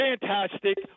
fantastic